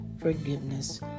forgiveness